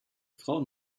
frauen